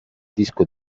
disco